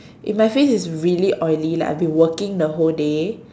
if my face is really oily like I've been working the whole day